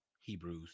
Hebrews